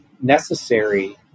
necessary